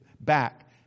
back